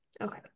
Okay